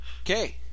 Okay